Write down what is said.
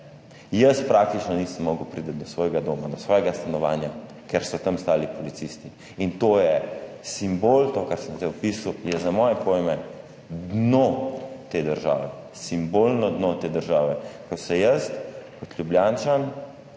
Jaz praktično nisem mogel priti do svojega doma, do svojega stanovanja, ker so tam stali policisti. In to je simbol, to, kar sem zdaj opisal, je za moje pojme dno te države. Simbolno dno te države. Ko sem se jaz kot Ljubljančan,